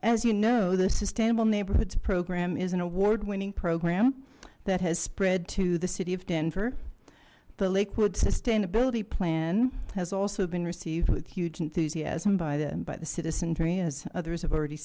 as you know the sustainable neighborhoods program is an award winning program that has spread to the city of denver the lakewood sustainability plan has also been received with huge enthusiasm by them by the citizenry as others have already